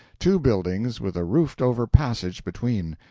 two buildings with a roofed-over passage between,